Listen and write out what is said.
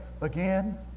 again